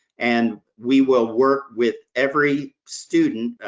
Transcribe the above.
and we will work with every student,